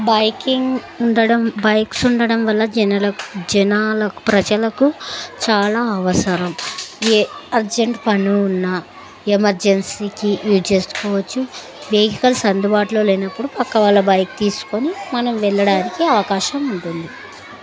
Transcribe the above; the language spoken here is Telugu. బైకింగ్ ఉండడం బైక్స్ ఉండడం వల్ల జన జనాల ప్రజలకు చాలా అవసరం ఏ అర్జెంట్ పని ఉన్నా ఎమర్జెన్సీకి యూజ్ చేసుకోవచ్చు వెహికల్స్ అందుబాటులో లేనప్పుడు పక్క వాళ్ళ బైక్ తీసుకుని మనం వెళ్ళడానికి అవకాశం ఉంటుంది